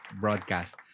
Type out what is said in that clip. broadcast